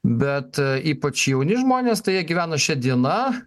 bet ypač jauni žmonės tai jie gyvena šia diena